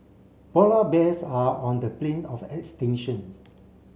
polar bears are on the brink of extinctions